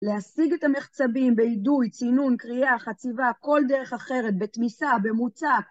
להשיג את המחצבים באידוי, צינון, קריאה, חציבה, כל דרך אחרת, בתמיסה, במוצק